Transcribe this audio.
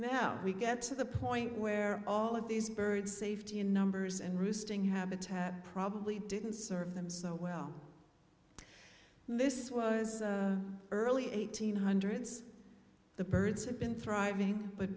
now we get to the point where all of these birds safety in numbers and roosting habitat probably didn't serve them so well this was early eighteen hundreds the birds had been thriving but